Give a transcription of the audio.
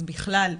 אז בכלל,